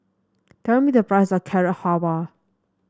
tell me the price of Carrot Halwa